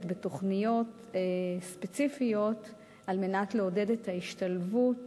בתוכניות ספציפיות על מנת לעודד את ההשתלבות